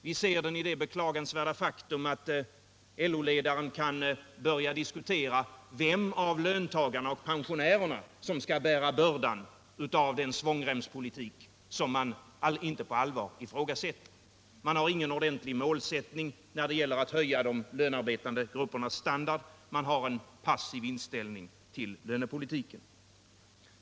Vi ser den i det beklagansvärda faktum att LO-ledaren kan börja diskutera vilken grupp, löntagarna eller pensionärerna, som skall bära bördan av den svångremspolitik som man inte på allvar ifrågasätter. Man har ingen ordentlig målsättning när det gäller att höja de lönearbetande gruppernas standard. Man har en passiv inställning till lönepolitiken.